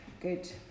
Good